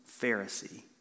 Pharisee